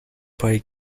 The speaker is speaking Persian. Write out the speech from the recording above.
پای